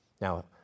Now